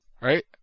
right